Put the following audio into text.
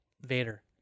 Vader